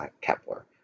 Kepler